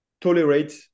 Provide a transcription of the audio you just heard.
tolerate